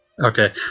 Okay